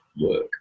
work